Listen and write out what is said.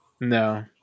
No